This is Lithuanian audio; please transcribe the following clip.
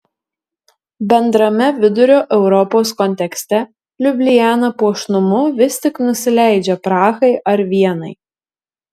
bendrame vidurio europos kontekste liubliana puošnumu vis tik nusileidžia prahai ar vienai